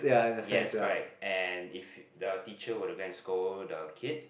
yes correct and if the teacher were to go and scold the kid